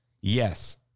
yes